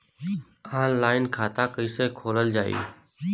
Online खाता कईसे खोलल जाई?